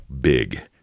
Big